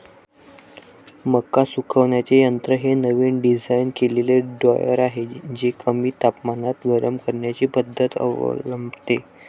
मका सुकवण्याचे यंत्र हे नवीन डिझाइन केलेले ड्रायर आहे जे कमी तापमानात गरम करण्याची पद्धत अवलंबते